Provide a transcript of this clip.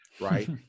right